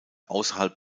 außerhalb